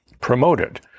promoted